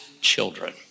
children